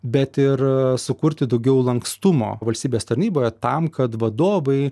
bet ir sukurti daugiau lankstumo valstybės tarnyboje tam kad vadovai